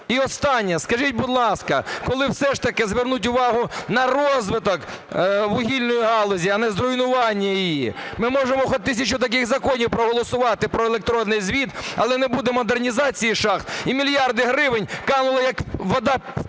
І останнє. Скажіть, будь ласка, коли все ж таки звернуть увагу на розвиток вугільної галузі, а не зруйнування її? Ми можемо хоч тисячу таких законів проголосувати про електронний звіт, але не буде модернізації шахт - і мільярди гривень канули як вода